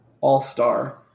All-Star